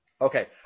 Okay